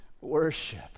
worship